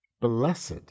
Blessed